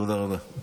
תודה רבה.